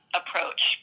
approach